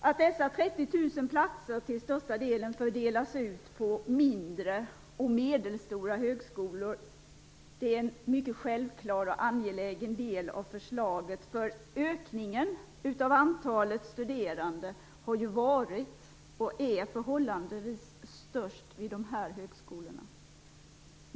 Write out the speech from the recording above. Att dessa 30 000 platser till största delen fördelas på mindre och medelstora högskolor är en självklar och angelägen del av förslaget. Ökningen av antalet studerande har varit och är förhållandevis störst vid dessa högskolor.